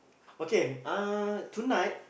okay uh tonight